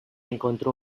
encontró